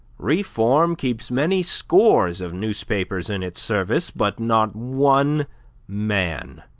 reform keeps many scores of newspapers in its service, but not one man.